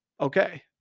Okay